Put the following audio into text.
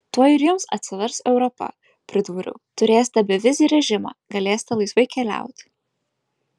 tuoj ir jums atsivers europa pridūriau turėsite bevizį režimą galėsite laisvai keliauti